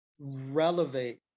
relevate